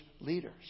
leaders